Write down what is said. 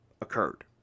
occurred